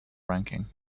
ranking